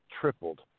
tripled